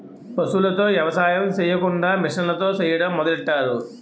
పశువులతో ఎవసాయం సెయ్యకుండా మిసన్లతో సెయ్యడం మొదలెట్టారు